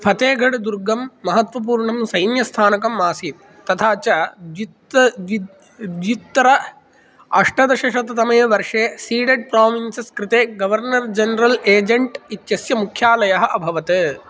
फ़तेगढ् दुर्गं महत्त्वपूर्णं सैन्यस्थानकम् आसीत् तथा च द्व्युत्त द्व्युत्तर अष्टादशशततमे वर्षे सीडेड् प्राविनन्सस् कृते गवर्नर् जनरल् एजेण्ट् इत्यस्य मुख्यालयः अभवत्